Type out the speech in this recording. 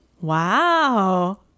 wow